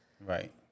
Right